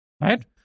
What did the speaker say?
right